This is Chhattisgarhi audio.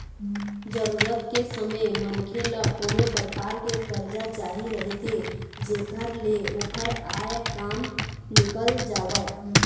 जरूरत के समे मनखे ल कोनो परकार के करजा चाही रहिथे जेखर ले ओखर आय काम निकल जावय